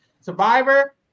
Survivor